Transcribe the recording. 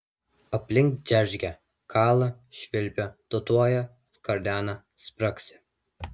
aplink džeržgia kala švilpia tūtuoja skardena spragsi